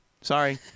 Sorry